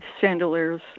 chandeliers